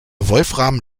wolfram